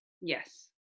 Yes